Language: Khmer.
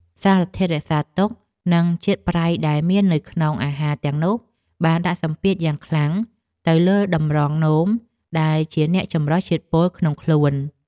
សារធាតុរក្សាទុក និងជាតិប្រៃដែលមាននៅក្នុងអាហារទាំងនោះបានដាក់សម្ពាធយ៉ាងខ្លាំងទៅលើតម្រងនោមដែលជាអ្នកចម្រោះជាតិពុលក្នុងខ្លួន។